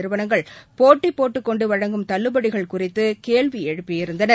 நிறுவனங்கள் போட்டிபோட்டுக்கொண்டுவழங்கும் தள்ளுபடிகள் குறித்துகேள்விஎழுப்பியிருந்தனர்